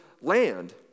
land